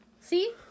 See